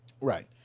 Right